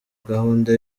gahunda